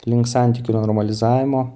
link santykių normalizavimo